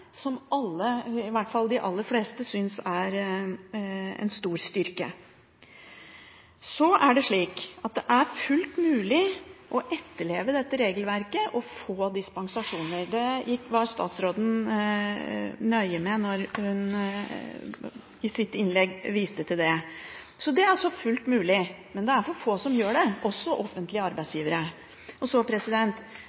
som alle – i hvert fall de aller fleste – synes er en stor styrke. Det er fullt mulig å etterleve dette regelverket og få dispensasjoner, som statsråden var nøye med å vise til i sitt innlegg. Det er altså fullt mulig, men det er for få som gjør det – også offentlige